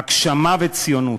הגשמה וציונות.